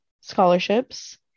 scholarships